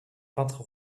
peintre